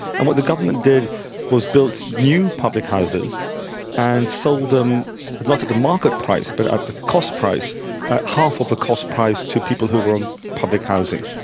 and what the government did was built new public houses and sold them not at the market price but at the cost price, at half of the cost price to people who were in public housing.